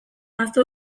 ahaztu